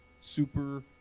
super